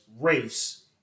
race